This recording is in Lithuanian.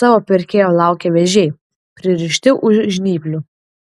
savo pirkėjo laukia vėžiai pririšti už žnyplių